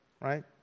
right